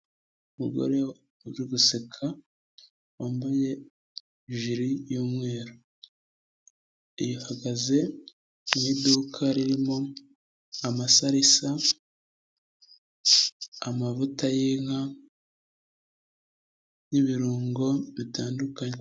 Umugore uri guseka wambaye ijiri y'umweru, ahagaze mu iduka ririmo amasarisa, amavuta y'inka n'ibirungo bitandukanye.